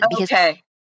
Okay